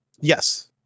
Yes